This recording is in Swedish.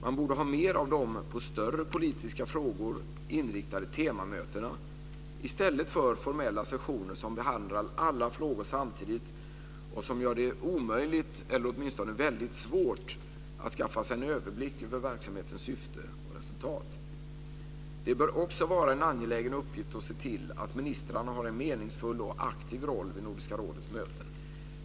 Man borde ha mer av de på större politiska frågor inriktade temamötena i stället för formella sessioner som behandlar alla frågor samtidigt och som gör det omöjligt, eller åtminstone väldigt svårt, att skaffa sig en överblick över verksamhetens syfte och resultat. Det bör också vara en angelägen uppgift att se till att ministrarna har en meningsfull och aktiv roll vid Nordiska rådets möten.